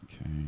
Okay